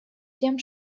тем